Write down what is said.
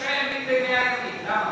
מ-45 ימים ל-100 ימים?